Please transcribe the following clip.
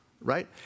Right